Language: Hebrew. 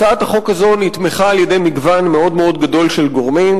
הצעת החוק הזו נתמכה על-ידי מגוון מאוד גדול של גורמים,